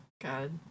God